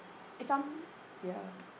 if I'm ya